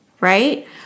right